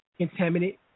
contaminant